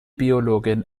biologin